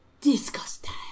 disgusting